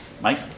Mike